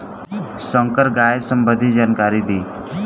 संकर गाय सबंधी जानकारी दी?